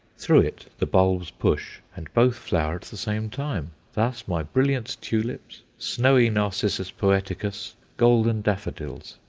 through it the bulbs push, and both flower at the same time. thus my brilliant tulips, snowy narcissus poeticus, golden daffodils,